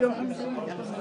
בשעה 13:37.